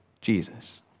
Jesus